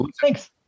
Thanks